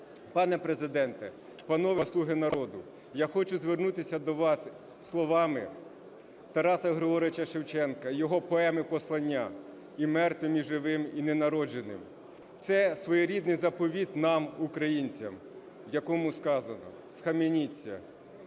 Пане Президенте, панове "слуги народу", я хочу звернутися до вас словами Тараса Григоровича Шевченка, його поеми-послання "І мертвим, і живим, і ненародженим…". Це своєрідний заповіт нам, українцям, в якому сказано: "Схаменіться!